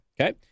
okay